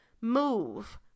Move